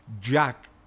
Jack